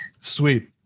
Sweet